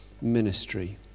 ministry